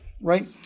right